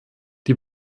die